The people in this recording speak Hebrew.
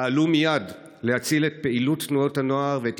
פעלו מייד להציל את פעילות תנועות הנוער ואת